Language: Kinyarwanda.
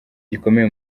gikomeye